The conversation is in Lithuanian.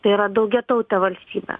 tai yra daugiatautė valstybė